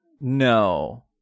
No